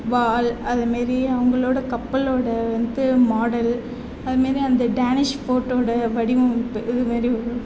வாள் அது மாரி அவங்களோட கப்பலோட வந்தது மாடல் அது மாரி அந்த டேனிஷ் ஃபோர்ட்டோட வடிவமைப்பு இது மாரி